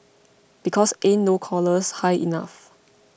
because ain't no collars high enough